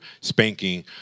spanking